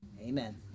amen